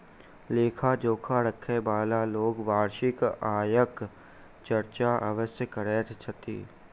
लेखा जोखा राखयबाला लोक वार्षिक आयक चर्चा अवश्य करैत छथि